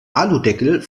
aludeckel